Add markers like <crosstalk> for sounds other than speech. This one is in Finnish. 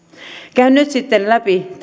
käyn nyt sitten läpi <unintelligible>